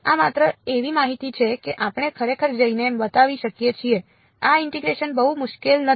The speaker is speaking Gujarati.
આ માત્ર એવી માહિતી છે કે આપણે ખરેખર જઈને બતાવી શકીએ છીએ કે આ ઇન્ટીગ્રેશન બહુ મુશ્કેલ નથી